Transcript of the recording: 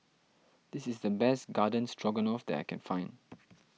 this is the best Garden Stroganoff that I can find